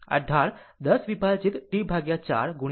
આ ઢાળ10 વિભાજિત T 4 t છે